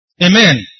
Amen